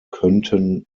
könnten